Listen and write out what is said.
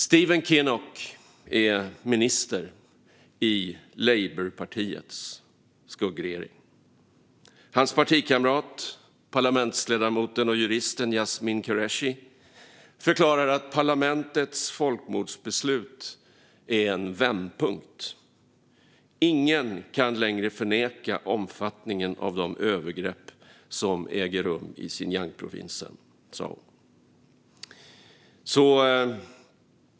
Stephen Kinnock är minister i Labourpartiets skuggregering. Hans partikamrat, parlamentsledamoten och juristen Yasmin Qureshi, förklarade att parlamentets folkmordsbeslut är en vändpunkt. Ingen kan längre förneka omfattningen av de övergrepp som äger rum i Xinjiangprovinsen, sa hon.